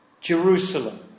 Jerusalem